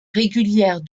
régulière